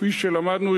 כפי שלמדנו,